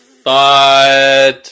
thought